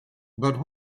but